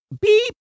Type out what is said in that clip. beep